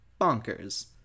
bonkers